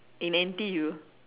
in N_T_U